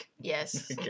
yes